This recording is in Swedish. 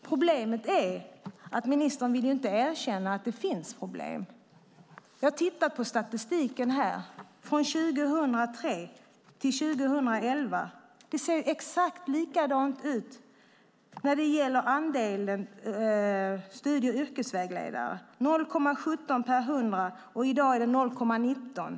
Problemet är att ministern inte vill erkänna att det finns problem. Jag tittar på statistiken från 2003 och 2011. Den ser precis likadan ut när det gäller andelen studie och yrkesvägledare. Den var 0,17 per 100 elever, och i dag är den 0,19.